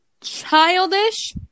childish